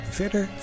verder